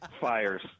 Fires